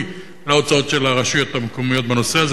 להוצאות של הרשויות המקומיות בנושא הזה.